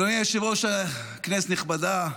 אדוני היושב-ראש, כנסת נכבדה,